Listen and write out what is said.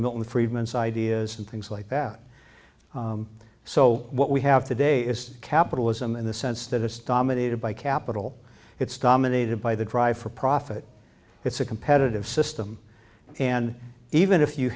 milton friedman's ideas and things like that so what we have today is capitalism in the sense that it's dominated by capital it's stahmann aided by the drive for profit it's a competitive system and even if you